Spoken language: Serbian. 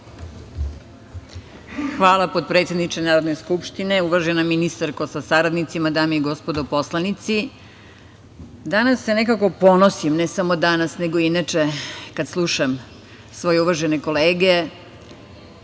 Hvala potpredsedniče Narodne skupštine. Uvažena ministarko sa saradnicima, dame i gospodo poslanici, danas se nekako ponosim, ne samo danas, nego i inače, kada slušam svoje uvažene kolege,